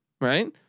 right